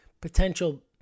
potential